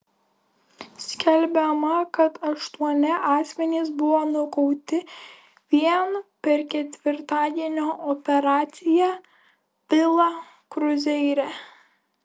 skelbiama kad aštuoni asmenys buvo nukauti vien per ketvirtadienio operaciją vila kruzeire